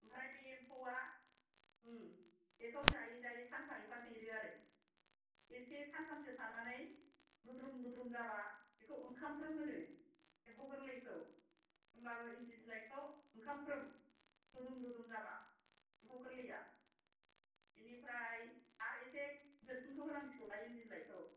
ओमफ्राय बे एम्फौवा बेखौ जायै जायै सानफा एफा देरो आरो एसे सानथामसो थानानै लुद्रुं लुद्रुं जाबा बेखौ ओंखामफ्रोम होनो एम्फौ गोरलैखौ होनबाबो इन्दि बिलाइखौ ओंखामफ्रोम लुदुं लुदुं जाबा एम्फौ गोरलैया बिनिफ्राय आरो एसे गोरलैसिनखौ होनांसिगौलाय इन्दि बिलाइखौ